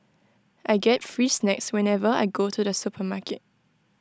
I get free snacks whenever I go to the supermarket